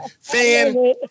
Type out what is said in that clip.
fan